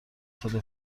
سال